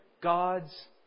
God's